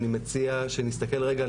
אני מציע שנסתכל רגע,